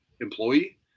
employee